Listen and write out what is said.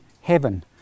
heaven